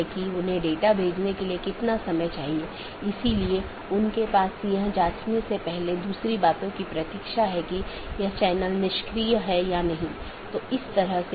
इसलिए मैं AS के भीतर अलग अलग तरह की चीजें रख सकता हूं जिसे हम AS का एक कॉन्फ़िगरेशन कहते हैं